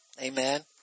Amen